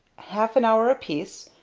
half an hour apiece,